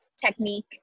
technique